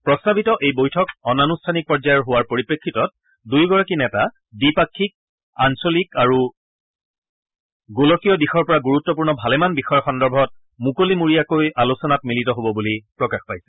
প্ৰস্তাৱিত এই বৈঠক অনানুষ্ঠানিক পৰ্যায়ৰ হোৱাৰ পৰিপ্ৰেক্ষিতত দুয়োগৰাকী নেতা দ্বিপাক্ষিক আঞ্চলিক আৰু গোলকীয় দিশৰ পৰা গুৰুত্পূৰ্ণ ভালেমান বিষয় সন্দৰ্ভত মুকলিমুৰীয়াকৈ আলোচনাত মিলিত হ'ব বুলি প্ৰকাশ পাইছে